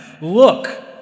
Look